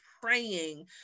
praying